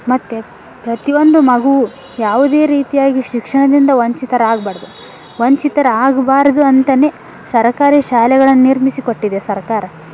ಮತ್ತು ಪ್ರತಿ ಒಂದು ಮಗುವು ಯಾವುದೇ ರೀತಿಯಾಗಿ ಶಿಕ್ಷಣದಿಂದ ವಂಚಿತರಾಗಬಾರ್ದು ವಂಚಿತರಾಗಬಾರ್ದು ಅಂತನೇ ಸರಕಾರಿ ಶಾಲೆಗಳನ್ನು ನಿರ್ಮಿಸಿ ಕೊಟ್ಟಿದೆ ಸರ್ಕಾರ